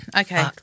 Okay